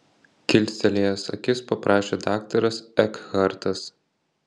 kilstelėjęs akis paprašė daktaras ekhartas